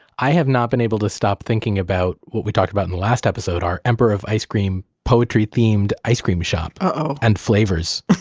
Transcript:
i have not been able to stop thinking about what we talked about in our last episode, our emperor of ice cream poetry themed ice cream shop uh-oh and flavors